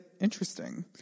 interesting